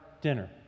dinner